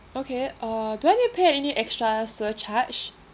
okay uh do I need to pay any extra surcharge